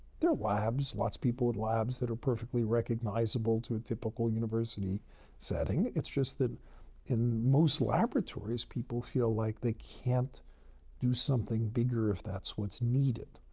there are labs lots people with labs that are perfectly recognizable to a typical university setting. it's just that in most laboratories, people feel like they can't do something bigger if that's what's needed.